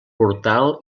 portal